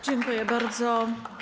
Dziękuję bardzo.